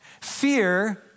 Fear